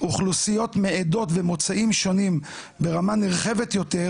אוכלוסיות מעדות ומוצאים שונים ברמה נרחבת יותר,